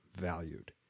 valued